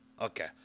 Okay